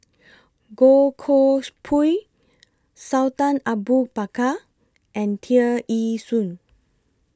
Goh Koh Pui Sultan Abu Bakar and Tear Ee Soon